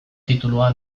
titulua